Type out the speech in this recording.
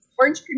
Orange